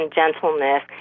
gentleness